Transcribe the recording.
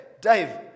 Dave